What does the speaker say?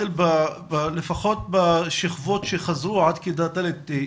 את כנציגת משרד החינוך,